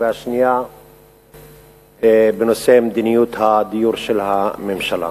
והשנייה בנושא מדיניות הדיור של הממשלה.